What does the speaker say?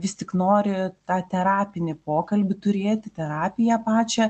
vis tik nori tą terapinį pokalbį turėti terapiją pačią